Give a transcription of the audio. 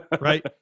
Right